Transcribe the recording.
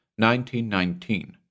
1919